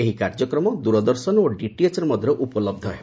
ଏହି କାର୍ଯ୍ୟକ୍ରମ ଦୂରଦର୍ଶନ ଓ ଡିଟିଏଚ୍ରେ ମଧ୍ୟ ଉପଲବ୍ଧ ହେବ